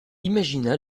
imagina